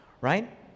right